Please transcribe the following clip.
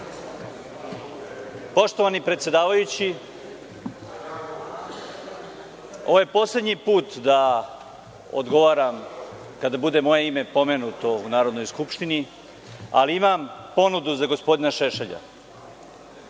Poštovani predsedavajući, ovo je poslednji put da odgovaram kada bude moje ime pomenuto u Narodnoj skupštini, ali imam ponudu za gospodina Šešelja. Pošto